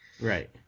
Right